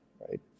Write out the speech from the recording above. Right